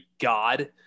God